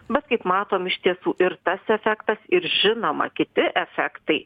bet kaip matom iš tiesų ir tas efektas ir žinoma kiti efektai